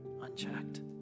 unchecked